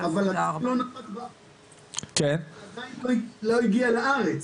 אבל זה עדיין לא הגיע לארץ.